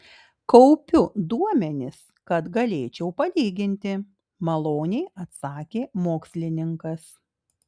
kaupiu duomenis kad galėčiau palyginti maloniai atsakė mokslininkas